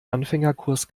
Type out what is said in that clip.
anfängerkurs